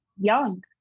young